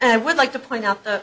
i would like to point out the